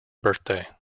birthday